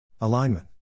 Alignment